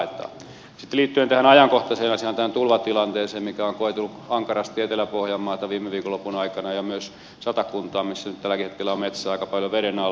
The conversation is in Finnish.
sitten liittyen tähän ajankohtaiseen asiaan tähän tulvatilanteeseen mikä on koetellut ankarasti etelä pohjanmaata viime viikonlopun aikana ja myös satakuntaa missä nyt tälläkin hetkellä on metsää aika paljon veden alla